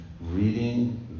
reading